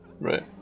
Right